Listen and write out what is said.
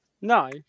No